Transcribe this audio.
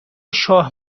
شاه